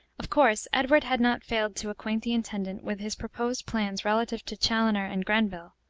of course, edward had not failed to acquaint the intendant with his proposed plans relative to chaloner and grenville,